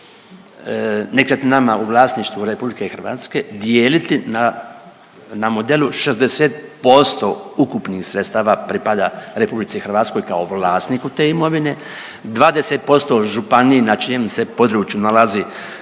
nekretninama u vlasništvu RH dijeliti na modelu 60% ukupnih sredstava pripada RH kao vlasniku te imovine, 20% županije na čijem se području nalazi